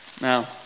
Now